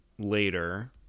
later